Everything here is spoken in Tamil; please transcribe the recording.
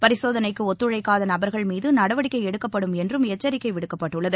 பரிசோதனைக்கு டித்துழைக்காத நபர்கள் மீது நடவடிக்கை எடுக்கப்படும் என்றும் எச்சரிக்கை விடுக்கப்பட்டுள்ளது